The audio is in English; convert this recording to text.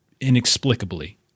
inexplicably